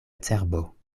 cerbo